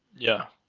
yeah.